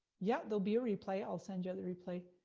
yeah they'll be a replay, i'll send you out the replay.